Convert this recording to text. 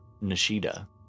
Nishida